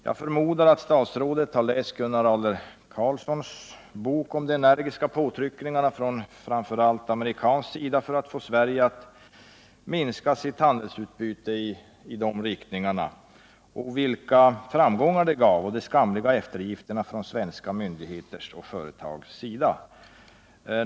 Jag förmodar att statsrådet har läst Gunnar Adler-Karlssons bok om de energiska påtryckningarna från främst amerikansk sida för att få Sverige att minska sitt handelsutbyte i dessa riktningar, vilka framgångar detta gav och de skamliga eftergifterna från svenska myndigheters och företags sida.